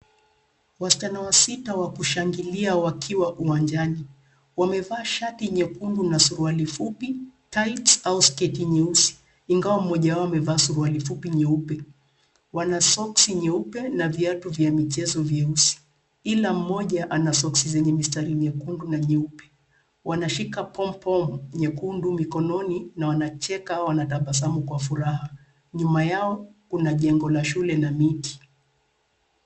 Wasichana wasita wa kushangilia wakiwa uwanjani. Wamevaa shati nyekundu na suruali fupi, tights au sketi nyeusi ingawa mmoja wao amevaa suruali fupi nyeupe. Wana soksi nyeupe, na viatu vya michezo vyeusi, ila mmoja ana soksi zenye mistari myekundu na nyeupe. Wanashika pompom nyekundu mikononi , na wanacheka wanatabasamu kwa furaha. Nyuma yao kuna jengo la shule na miti.